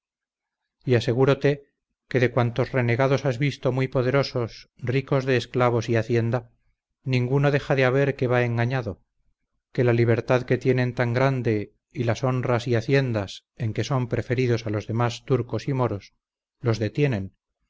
y asegurote que de cuantos renegados has visto muy poderosos ricos de esclavos y hacienda ninguno deja de saber que va engañado que la libertad que tienen tan grande y las honras y haciendas en que son preferidos a los demás turcos y moros los detienen